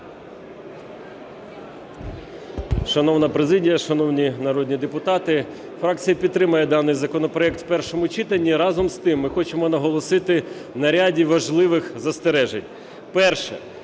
Шановна президія, шановні народні депутати! Фракція підтримує даний законопроект у першому читанні. Разом з тим, ми хочемо наголосити на ряді важливих застережень. Перше.